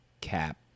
Cap